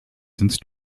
since